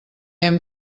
hem